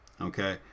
Okay